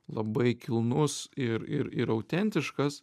labai kilnus ir ir ir autentiškas